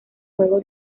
juego